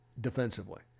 defensively